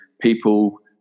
people